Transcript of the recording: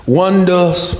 wonders